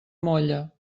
molla